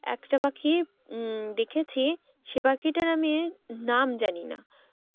একটা পাখি দেখেছি সে পাখিটার আমি নাম জানি না